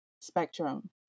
spectrum